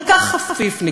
כל כך חפיפניקית.